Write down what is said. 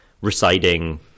reciting